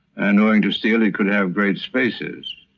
and going to steel you could have great spaces,